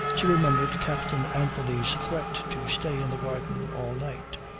she remembered captain anthony's threat to stay in the garden all night.